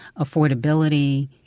affordability